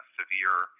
severe